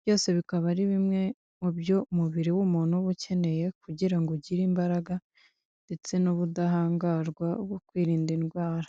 byose bikaba ari bimwe mu byo umubiri w'umuntu uba ukeneye kugira ngo ugire imbaraga ndetse n'ubudahangarwa bwo kwirinda indwara.